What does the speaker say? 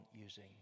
using